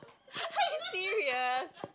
are you serious